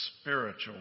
spiritual